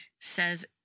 says